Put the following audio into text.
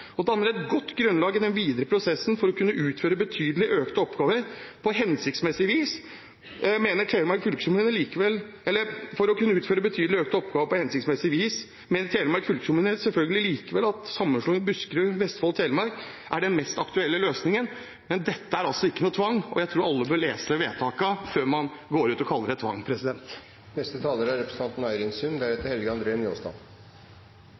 og danner et godt grunnlag i den videre prosessen. For å kunne utføre betydelige økte oppgaver på hensiktsmessig vis, mener Telemark fylkeskommune likevel sammenslåing av Buskerud, Vestfold og Telemark som den mest aktuelle løsningen.» Dette er altså ikke tvang. Jeg tror alle bør lese vedtakene før man går ut og kaller det tvang. Hvis jeg ikke husker helt feil, er